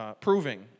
proving